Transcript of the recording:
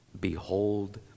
Behold